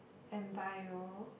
and bio